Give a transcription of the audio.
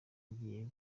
agiye